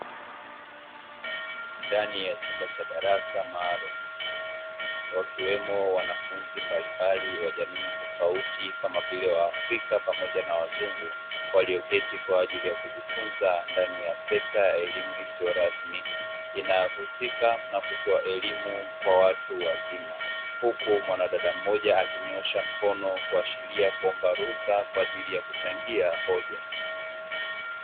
Ndani ya chumba cha darasa maalumu wakiwemo wanafunzi mbali mbali wa jamii tofauti, kama vile wa afrika pamoja na wazungu walioketi kwa ajili ya kujifunza ndani ya sekta ya elimu isiyo rasmi, inayohusika na kutoa elimu kwa watu wazima huku mwanadada mmoja akinyoosha mkono kuashiria kuomba ruhusa kwa ajili ya kuchangia hoja.